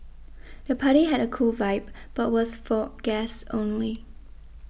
the party had a cool vibe but was for guests only